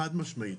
חד משמעית.